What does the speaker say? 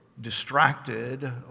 distracted